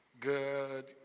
Good